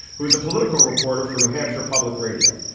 who is a political reporter for new hampshire public radio.